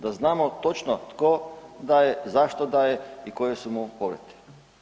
Da znamo točno tko daje, zašto daje i koji su mu povrati.